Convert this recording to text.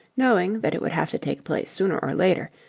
knowing that it would have to take place sooner or later,